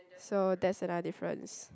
so that's another difference